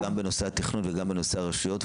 גם בנושא התכנון וגם בנושא הרשויות,